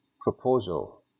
proposal